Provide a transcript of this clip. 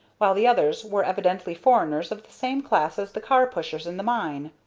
while the others were evidently foreigners of the same class as the car-pushers in the mine.